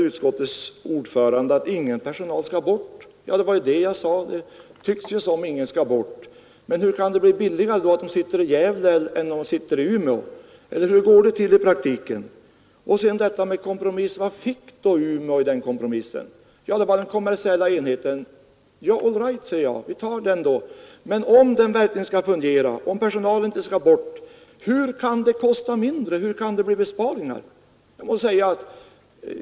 Utskottets ordförande framhåller att ingen personal skall bort. Det var detta jag sade. Det tycks som om ingen skall bort. Men hur kan det då bli billigare om personalen sitter i Gävle än om den sitter i Umeå? Vad fick Umeå i kompromissen? Jo, den kommersiella enheten. All right, säger jag, vi tar den då. Men om den skall fungera och personalen inte skall bort; hur kan det kosta mindre? Hur kan det bli besparingar?